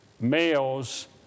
males